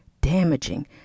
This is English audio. damaging